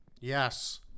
Yes